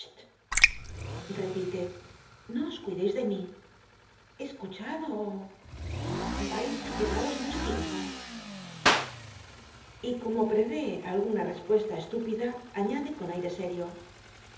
repite no os cuidcis de mi escuchad o vais quedaros mucho tiempo y como preyée alguna respuesta estúpida añade con aire scrio